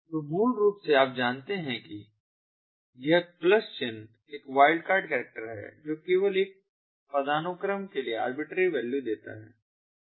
तो मूल रूप से आप जानते हैं कि यह प्लस चिन्ह एक वाइल्डकार्ड करैक्टर है जो केवल एक पदानुक्रम के लिए आर्बिट्री वैल्यू देता है